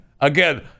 again